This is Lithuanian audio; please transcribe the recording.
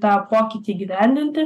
tą pokytį įgyvendinti